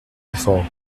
before